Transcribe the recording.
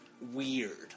weird